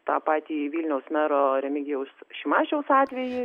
tą patį vilniaus mero remigijaus šimašiaus atvejį